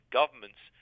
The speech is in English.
governments